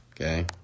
Okay